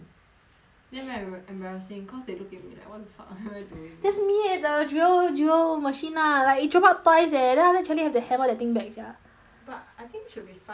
then right ver~ embarrassing cause they look at me like what the fuck what am I doing that's me eh the drill drill machine lah like it drop out twice eh then after that charlie have to hammer that thing back sia but I think should be fine now right